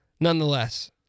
nonetheless